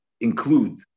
include